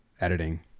editing